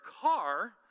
car